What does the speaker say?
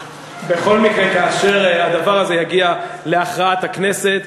כאשר הדבר הזה יגיע להכרעת הכנסת,